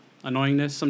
Annoyingness